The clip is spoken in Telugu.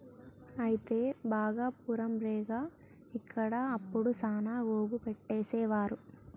అయితే భాగపురం రేగ ఇక్కడ అప్పుడు సాన గోగు పట్టేసేవారు